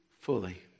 fully